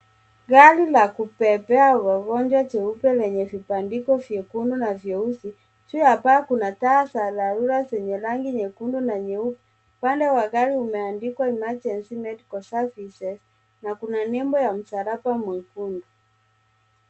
Gari la kubebea wagonjwa jeupe lenye vibandiko vyekundu na vyeusi. Juu ya paa kuna taa za dharura zenye rangi nyekundu na nyeupe. Upande wa gari umeandikwa Emergency Medical services na kuna nembo ya msalaba mwekundu.